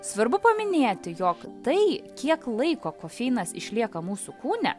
svarbu paminėti jog tai kiek laiko kofeinas išlieka mūsų kūne